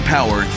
Power